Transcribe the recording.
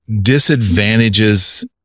Disadvantages